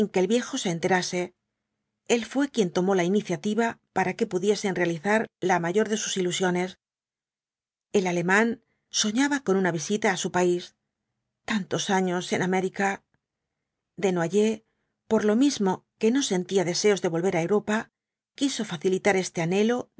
el viejo se enterase el fué quien tomó la iniciativa para que pudiesen realizar la mayor de sus ilusiones el alemán soñaba con una visita á su país tantos años en américa desnoyers por lo mismo que no sentía deseos de volver á europa quiso facilitar este anhelo